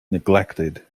neglected